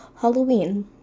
Halloween